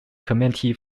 community